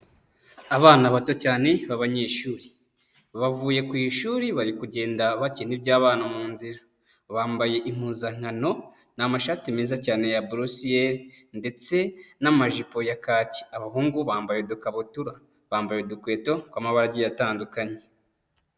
Abana bato cyane b'abanyeshuri, bavuye ku ishuri, bari kugenda bakina iby'abana mu nzira, bambaye impuzankano; ni amashati meza cyane ya buresiyeri, ndetse n'amajipo ya kake. Abahungu bambaye udukabutura, bambaye udukweto tw'amabara agiye atandukanye.